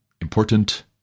important